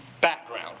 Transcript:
background